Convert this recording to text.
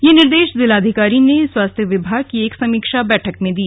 यह निर्देश जिलाधिकारी ने स्वास्थ्य विभाग की एक समीक्षा बैठक में दिए